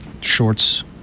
shorts